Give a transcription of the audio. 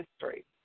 history